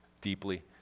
deeply